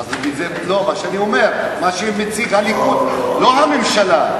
מה שאני אומר, מה שמציג הליכוד, לא הממשלה.